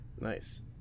nice